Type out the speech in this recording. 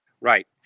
Right